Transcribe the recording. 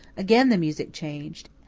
again the music changed.